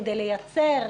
כדי לייצר,